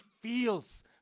feels